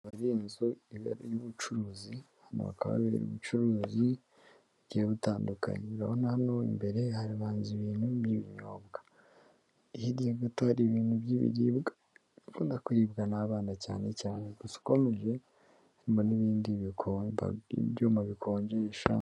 Iyi nzu y'ubucuruzi, hano hakaba habera ubucuruzi, bugihe butandukanye. Urabona hano imbere, habanza ibintu by'ibinyobwa. Hirya gato hari ibintu by'ibiribwa bikunda kuribwa n'abana cyane cyane. Gusa ukomeje harimo n'ibindi byuma bikonjesha.